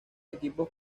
equipos